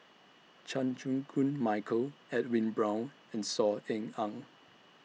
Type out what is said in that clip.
Chan Chew Koon Michael Edwin Brown and Saw Ean Ang